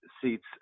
seats